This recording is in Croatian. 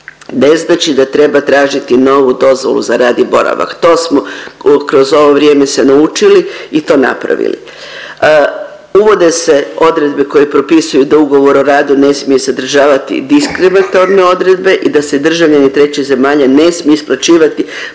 ne znači da treba tražiti novu dozvolu za rad i boravak. To smo kroz ovo vrijeme se naučili i to napravili. Uvode se odredbe koje propisuju da ugovor o radu ne smije sadržavati diskriminatorne odredbe i da se državljani treći ne smije isplaćivati